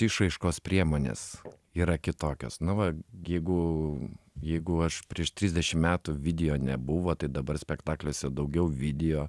išraiškos priemonės yra kitokios na va jeigu jeigu aš prieš trisdešim metų video nebuvo tai dabar spektakliuose daugiau video